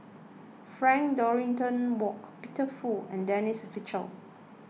Frank Dorrington Ward Peter Fu and Denise Fletcher